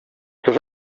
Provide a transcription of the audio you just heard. dos